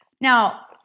Now